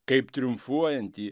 kaip triumfuojantį